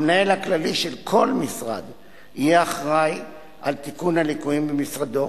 המנהל הכללי של כל משרד יהיה אחראי לתיקון הליקויים במשרדו